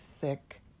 thick